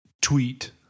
tweet